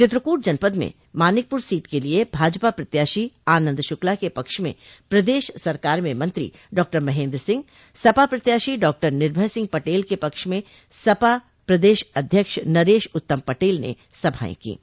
चित्रकूट जनपद में मानिकपुर सीट के लिए भाजपा प्रत्याशी आनंद शुक्ला के पक्ष में पदेश सरकार में मंत्री डॉक्टर महेन्द्र सिंह सपा प्रत्याशी डॉक्टर निर्भय सिंह पटेल के पक्ष में सपा प्रदेश अध्यक्ष नरेश उत्तम पटेल ने सभाएं कीं